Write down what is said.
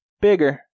bigger